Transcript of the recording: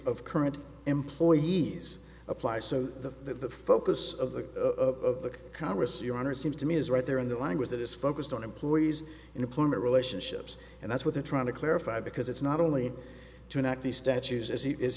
of current employees apply so that the focus of the of congress your honor seems to me is right there in the language that is focused on employees in employment relationships and that's what they're trying to clarify because it's not only to enact these statues as he is